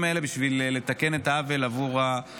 האלה בשביל לתקן את העוול למועמדים,